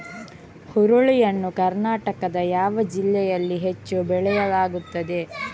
ಹುರುಳಿ ಯನ್ನು ಕರ್ನಾಟಕದ ಯಾವ ಜಿಲ್ಲೆಯಲ್ಲಿ ಹೆಚ್ಚು ಬೆಳೆಯಲಾಗುತ್ತದೆ?